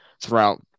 throughout